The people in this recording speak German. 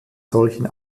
solchen